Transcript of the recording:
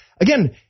Again